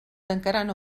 tancaran